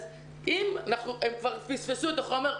אז אם כבר הם פספסו את החומר,